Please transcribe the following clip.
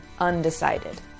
undecided